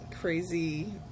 crazy